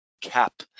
Cap